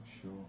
sure